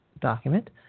document